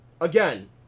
Again